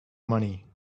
money